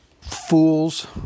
Fools